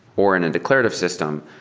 or in a declarative system,